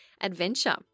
adventure